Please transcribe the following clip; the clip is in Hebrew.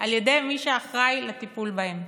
על ידי מי שאחראי לטיפול בהם,